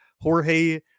Jorge